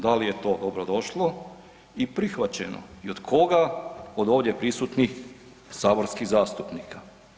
Da li je to dobrodošlo i prihvaćeno i od koga od ovdje prisutnih saborskih zastupnika?